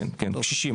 קשישים,